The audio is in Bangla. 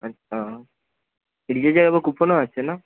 আচ্ছা রিচার্জের আবার কুপনও আছে না